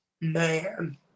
man